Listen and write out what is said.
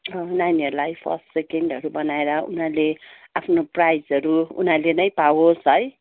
नानीहरूलाई फर्स्ट सेकेन्डहरू बनाएर उनीहरूले आफ्नो प्राइजहरू उनीहरूले नै पावोस् है